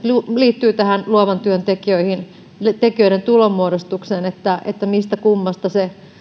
liittyy tähän luovan työn tekijöiden tekijöiden tulonmuodostukseen mistä kummasta se